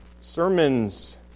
Sermons